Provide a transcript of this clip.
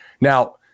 Now